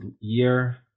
year